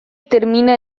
termina